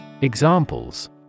Examples